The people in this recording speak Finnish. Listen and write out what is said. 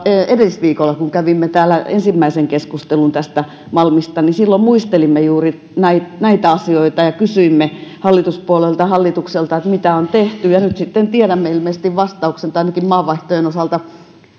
edellisviikolta kun kävimme täällä ensimmäisen keskustelun malmista että silloin muistelimme juuri näitä asioita ja kysyimme hallituspuolueilta ja hallitukselta mitä on tehty ja nyt sitten tiedämme ilmeisesti vastauksen ainakin maanvaihtojen osalta